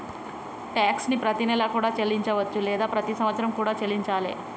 tax ని ప్రతినెలా కూడా చెల్లించవచ్చు లేదా ప్రతి సంవత్సరం కూడా చెల్లించాలే